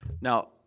Now